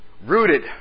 Rooted